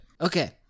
Okay